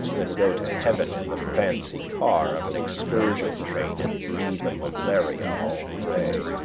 than go to heaven in the fancy car of an excursion train and breathe a malaria all the way.